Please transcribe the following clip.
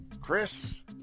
Chris